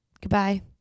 goodbye